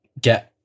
get